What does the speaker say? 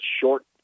short